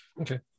Okay